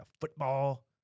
football